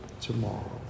tomorrow